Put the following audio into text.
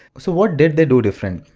so what did they do different?